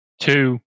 Two